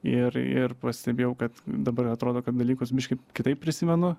ir ir pastebėjau kad dabar atrodo kad dalykus biškį kitaip prisimenu